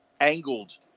angled